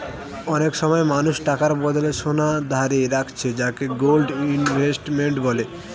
অনেক সময় মানুষ টাকার বদলে সোনা ধারে রাখছে যাকে গোল্ড ইনভেস্টমেন্ট বলে